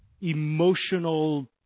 emotional